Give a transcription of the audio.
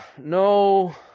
No